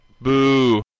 Boo